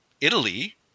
italy